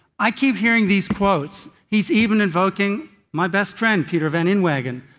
i keep hearing these quotes. he is even invoking my best friend peter van inwagen